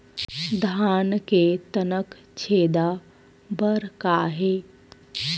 धान के तनक छेदा बर का हे?